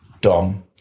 Dom